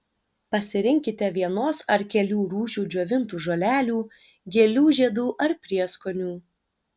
pasirinkite vienos ar kelių rūšių džiovintų žolelių gėlių žiedų ar prieskonių